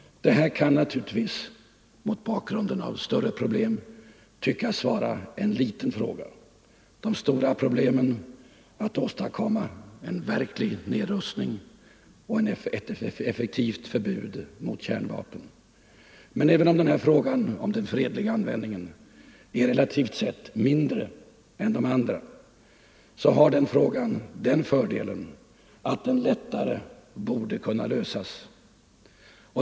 Detta kan naturligtvis mot bakgrunden av de många större problemen tyckas vara en liten fråga. Det stora problemet är att åstadkomma en verklig nedrustning och ett effektivt förbud mot kärnvapen. Men även om frågan om den fredliga användningen är relativt sett mindre än de andra, så har den den fördelen att den lättare borde kunna lösas.